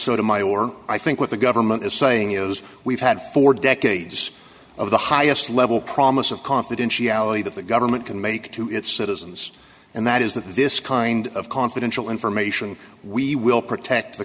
sort of my or i think what the government is saying is we've had four decades of the highest level promise of confidentiality that the government can make to its citizens and that is that this kind of confidential information we will protect the